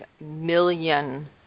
million